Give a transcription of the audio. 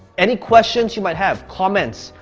any questions you might have, comments,